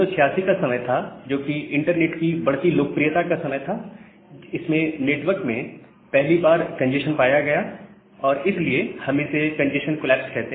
1986 का समय जो कि इंटरनेट की बढ़ती लोकप्रियता का समय था इसमें नेटवर्क में पहली बार कंजेस्शन पाया गया और इसलिए हम इसे कंजेस्शन कोलैप्स कहते हैं